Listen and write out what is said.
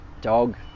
dog